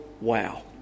wow